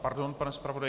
Pardon, pane zpravodaji.